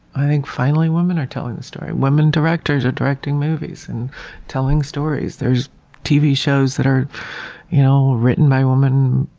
finally women are telling the story. women directors are directing movies and telling stories there's tv shows that are you know written by women,